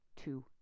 two